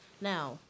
Now